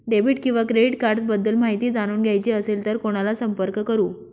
Debit किंवा credit cards बद्दल माहिती जाणून घ्यायची असेल तर कोणाला संपर्क करु?